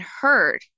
heard